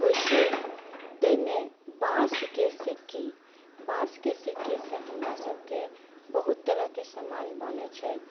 होइ छै जाहिमे बाँसकेँ सिक्की बाँसकेँ सिक्कीसँ हमरा सभके बहुत तरहके समान बनै छै